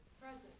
Present